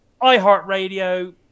iHeartRadio